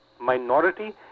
minority